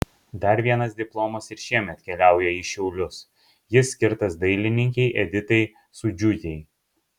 dar vienas diplomas ir šiemet keliauja į šiaulius jis skirtas dailininkei editai sūdžiūtei